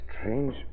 strange